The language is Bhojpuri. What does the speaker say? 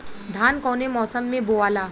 धान कौने मौसम मे बोआला?